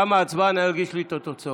תמה ההצבעה, נא להגיש לי את התוצאות.